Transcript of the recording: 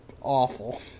awful